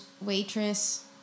Waitress